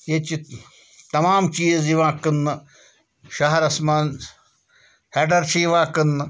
ییٚتہِ چھِ تَمام چیٖز یِوان کٕنٛنہٕ شَہرَس مَنٛز ہٮ۪ڈَر چھِ یِوان کٕنٛنہٕ